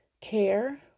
care